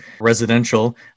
residential